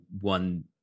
one